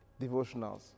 Devotionals